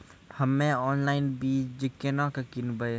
हम्मे ऑनलाइन बीज केना के किनयैय?